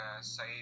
say